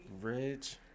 rich